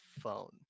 phone